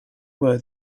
were